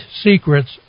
secrets